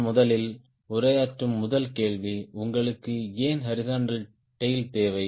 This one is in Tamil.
நான் முதலில் உரையாற்றும் முதல் கேள்வி உங்களுக்கு ஏன் ஹாரிஸ்ன்ட்டல் டேய்ல் தேவை